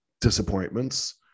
disappointments